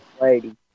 lady